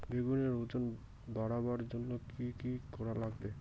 বেগুনের ওজন বাড়াবার জইন্যে কি কি করা লাগবে?